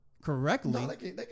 correctly